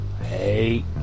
Hey